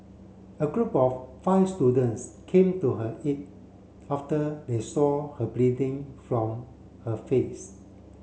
a group of five students came to her aid after they saw her bleeding from her face